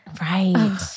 Right